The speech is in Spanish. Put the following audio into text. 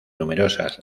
numerosas